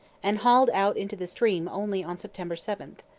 and hauled out into the stream only on september seven.